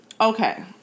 Okay